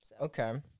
Okay